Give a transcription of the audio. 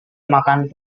makan